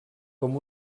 com